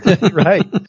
Right